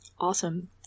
Awesome